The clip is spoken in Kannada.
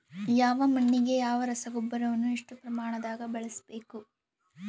ಯಾವ ಮಣ್ಣಿಗೆ ಯಾವ ರಸಗೊಬ್ಬರವನ್ನು ಎಷ್ಟು ಪ್ರಮಾಣದಾಗ ಬಳಸ್ಬೇಕು?